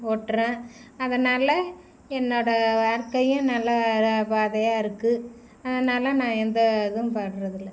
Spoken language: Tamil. ஓட்டுறேன் அதனால் என்னோட வாழ்க்கையே நல்ல ர பாதையாக இருக்குது அதனால் நான் எந்த இதுவும் படுறதில்ல